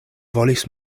volis